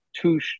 two